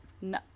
No